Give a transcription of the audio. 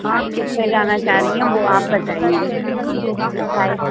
آپ کس پہ جانا چاہ رہی ہیں وہ آپ بتائیں گی سائز